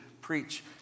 preach